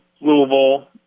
Louisville